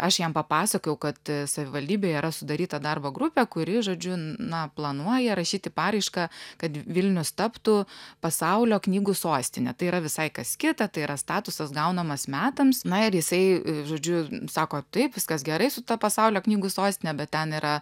aš jam papasakojau kad savivaldybėje yra sudaryta darbo grupė kuri žodžiu na planuoja rašyti paraišką kad vilnius taptų pasaulio knygų sostine tai yra visai kas kita tai yra statusas gaunamas metams na ir jisai žodžiu sako taip viskas gerai su ta pasaulio knygų sostine bet ten yra